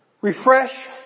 Refresh